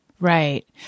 Right